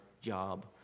job